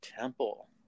Temple